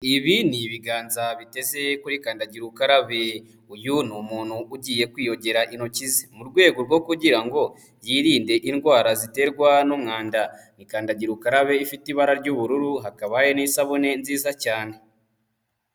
Ibi ni ibiganza biteze kuri kandagira ukarabe, uyu ni umuntu ugiye kwiyogera intoki ze mu rwego rwo kugira ngo yirinde indwara ziterwa n'umwanda, ni kandagira ukarabe ifite ibara ry'ubururu hakaba hari n'isabune nziza cyane.